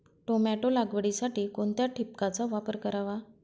Tomato लागवडीसाठी कोणत्या ठिबकचा वापर करावा?